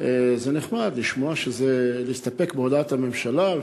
זה נחמד להסתפק בהודעת הממשלה,